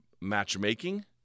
matchmaking